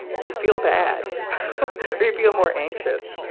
you feel bad or you feel more anxious,